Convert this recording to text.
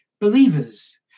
believers